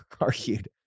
argued